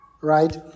Right